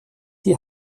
die